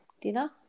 dinner